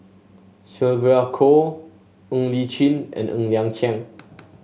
Sylvia Kho Ng Li Chin and Ng Liang Chiang